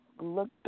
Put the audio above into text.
Look